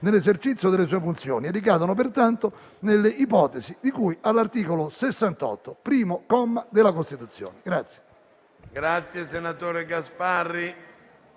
nell'esercizio delle sue funzioni e ricadono pertanto nell'ipotesi di cui all'articolo 68, primo comma, della Costituzione. *(Segue